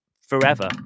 forever